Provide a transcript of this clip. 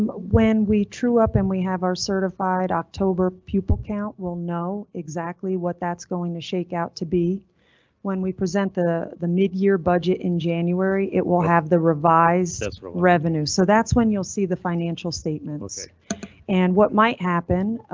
um when we true up and we have our certified october pupil count, we'll know exactly what that's going to shake out to be when we present the the midyear budget in january, it will have the revised revenue, so that's when you'll see the financial statements and what might happen.